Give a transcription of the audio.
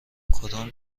کدام